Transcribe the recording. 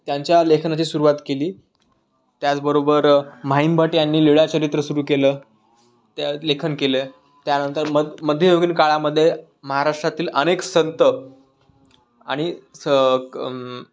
त्यांच्या लेखनाची सुरुवात केली त्याचबरोबर म्हाइंभट यांनी लीळाचरित्र सुरु केलं त्या लेखन केलं त्यानंतर मध्ययुगीन काळामध्ये महाराष्ट्रातील अनेक संत आणि स क